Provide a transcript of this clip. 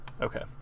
Okay